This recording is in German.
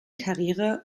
karriere